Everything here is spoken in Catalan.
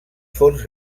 fons